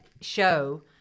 show